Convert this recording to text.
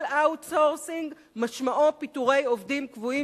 כל outsourcing משמעו פיטורי עובדים קבועים